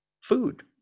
food